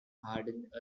hardened